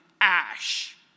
ash